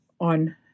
on